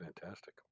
fantastic